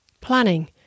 planning